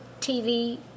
TV